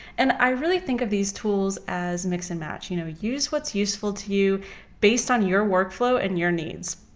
and i really think of these tools as mix-and-match. you know use what's useful to you based on your workflow and your needs.